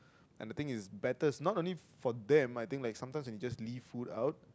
and the thing is better not only for them I think like sometimes we just leave food out